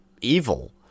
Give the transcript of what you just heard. evil